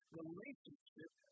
relationship